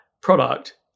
product